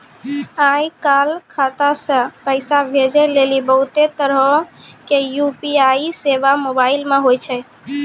आय काल खाता से पैसा भेजै लेली बहुते तरहो के यू.पी.आई सेबा मोबाइल मे होय छै